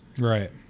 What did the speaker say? Right